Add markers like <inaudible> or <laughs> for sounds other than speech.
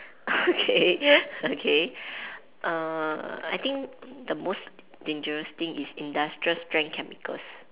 okay <laughs> okay <laughs> uh I think the most dangerous thing is industrial strength chemicals